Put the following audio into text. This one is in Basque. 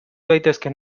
daitezkeen